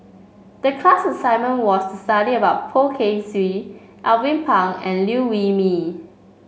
the class assignment was to study about Poh Kay Swee Alvin Pang and Liew Wee Mee